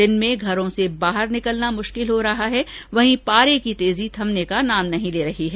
दिन में घरों से बाहर निकलना मुश्किल हो रहा है वहीं पारे की तेजी थमने का नाम नहीं ले रही है